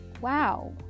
wow